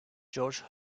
george